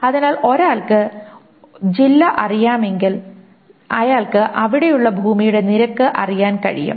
അതിനാൽ ഒരാൾക്ക് ജില്ല അറിയാമെങ്കിൽ അയാൾക്ക് അവിടെയുള്ള ഭൂമിയുടെ നിരക്ക് അറിയാൻ കഴിയും